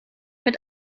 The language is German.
mit